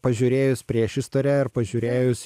pažiūrėjus priešistorę ir pažiūrėjus